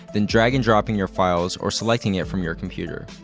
then drag-and-dropping your files or selecting it from your computer.